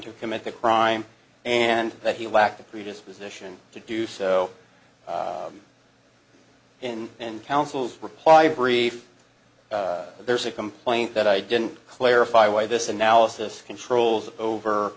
to commit the crime and that he lacked a predisposition to do so in and counsel's reply brief there's a complaint that i didn't clarify why this analysis controls over